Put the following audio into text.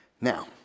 Now